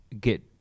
get